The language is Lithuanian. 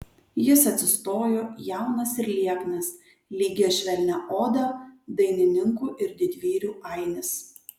jis atsistojo jaunas ir lieknas lygia švelnia oda dainininkų ir didvyrių ainis